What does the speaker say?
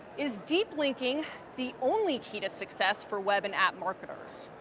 is deep linking the only key to success for web and app marketers?